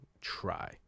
try